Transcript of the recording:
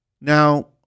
now